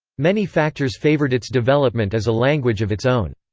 many factors favoured its development as a language of its own.